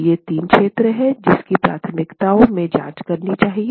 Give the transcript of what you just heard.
तो ये 3 क्षेत्र हैं जिसकी प्राथमिकताओं में जांच करनी चाहिए